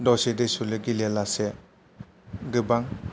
दसे दुसेल' गेलेया लासे गोबां